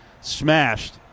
smashed